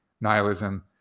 nihilism